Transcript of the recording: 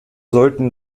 sollten